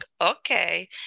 okay